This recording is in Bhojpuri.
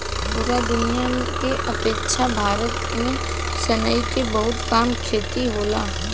पूरा दुनिया के अपेक्षा भारत में सनई के बहुत कम खेती होखेला